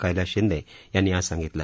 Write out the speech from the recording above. कैलास शिंदे यांनी आज सांगितलं